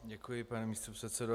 Děkuji, pane místopředsedo.